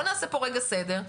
בואו נעשה רגע סדר,